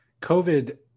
COVID